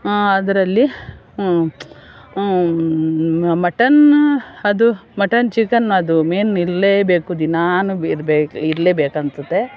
ಅದರಲ್ಲಿ ಮಟನ್ ಅದು mutton chicken ಅದು ಮೇನ್ ಇರಲೇಬೇಕು ದಿನಾನು ಇರ್ ಇರಲೇಬೇಕು ಅನ್ಸತ್ತೆ